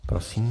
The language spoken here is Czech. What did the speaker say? Prosím.